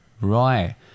Right